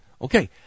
Okay